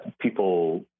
people